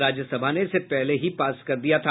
राज्यसभा ने इसे पहले ही पास कर दिया था